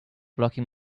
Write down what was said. blocking